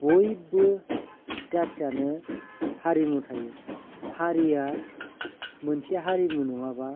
बयबो जातियानो हारिमु थायो हारिया मोनसे हारिमु नङाबा